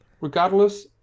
Regardless